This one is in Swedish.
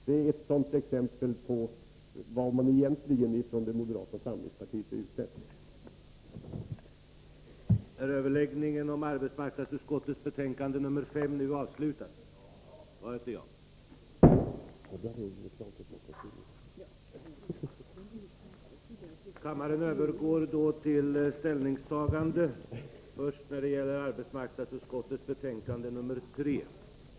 Det är ett exempel på vad man från moderata samlingspartiet egentligen är ute efter.